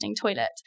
toilet